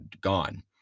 gone